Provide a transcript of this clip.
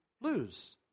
lose